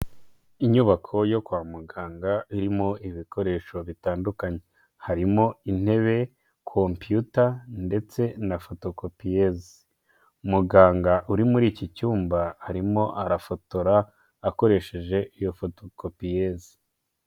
Inyubako yo kwa muganga irimo ibikoresho bitandukanye, harimo intebe, computer ndetse na fotokopiyeze, umuganga uri muri iki cyumba arimo arafotora akoresheje iyo fotokopiyeze.